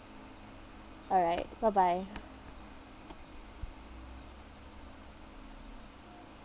alright bye bye